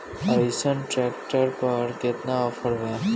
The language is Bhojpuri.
अइसन ट्रैक्टर पर केतना ऑफर बा?